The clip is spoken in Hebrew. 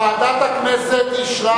ועדת הכנסת אישרה